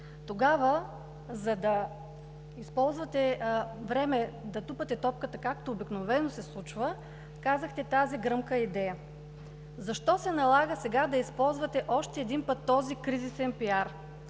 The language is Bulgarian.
Тогава, за да използвате време да „тупате топката“, както обикновено се случва, казахте тази гръмка идея. Защо се налага сега да използвате още един път този кризисен пиар?